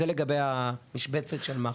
זה לגבי המשבצת של מח"ל.